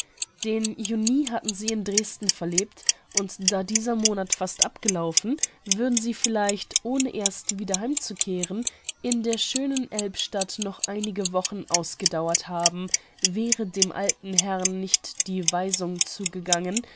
den juni hatten sie in dresden verlebt und da dieser monat fast abgelaufen würden sie vielleicht ohne erst wieder heimzukehren in der schönen elbstadt noch einige wochen ausgedauert haben wäre dem alten herrn nicht die weisung zugegangen